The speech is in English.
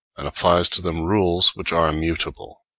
and applies to them rules which are immutable.